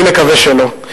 אני מקווה שלא.